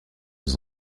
leur